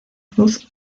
cruz